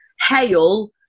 hail